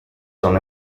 son